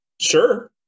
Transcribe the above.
sure